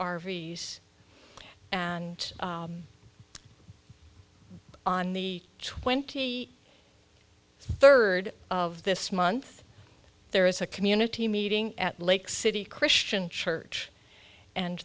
v s and on the twenty third of this month there is a community meeting at lake city christian church and